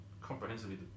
comprehensively